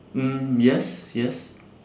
mm yes yes